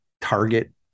target